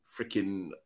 freaking